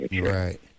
Right